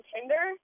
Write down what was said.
Tinder